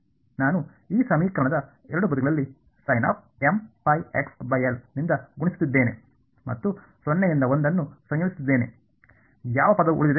ನಾನು ಈ ಸಮೀಕರಣದ ಎರಡೂ ಬದಿಗಳಲ್ಲಿ ನಿಂದ ಗುಣಿಸುತ್ತಿದ್ದೇನೆ ಮತ್ತು ಸೊನ್ನೆ ಇಂದ ಒಂದನ್ನು ಸಂಯೋಜಿಸುತ್ತಿದ್ದೇನೆ ಯಾವ ಪದವು ಉಳಿದಿದೆ